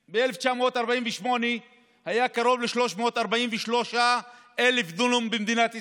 ב-1948 היו לדרוזים קרוב ל-343,000 דונם במדינת ישראל,